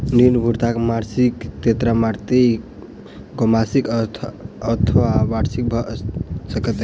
ऋण भुगतान मासिक त्रैमासिक, छौमासिक अथवा वार्षिक भ सकैत अछि